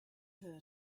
her